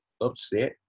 upset